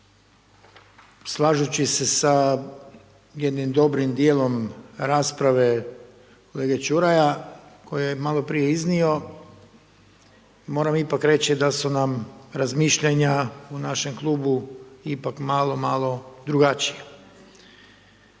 Slažući se sa jednim dobrim dijelom rasprave kolege Čuraja koju je malo prije iznio, moram ipak reći da su nam razmišljanja u našem klubu ipak malo, malo drugačija.